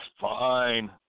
fine